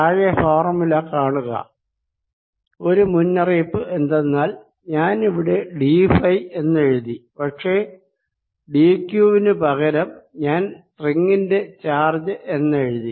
താഴെ ഫോർമുല കാണുക ഒരു മുന്നറിയിപ്പ് എന്തെന്നാൽ ഞാനിവിടെ d ഫൈ എന്നെഴുതി പക്ഷെ d ക്യൂവിന് പകരം ഞാൻ റിങ്ങിന്റെ ചാർജ് എന്നെഴുതി